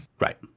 Right